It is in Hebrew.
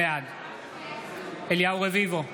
בעד אליהו רביבו,